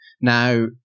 Now